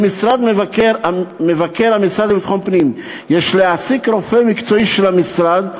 במשרד מבקר המשרד לביטחון פנים יש להעסיק רופא מקצועי של המשרד,